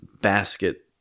basket